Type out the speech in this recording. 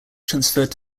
transferred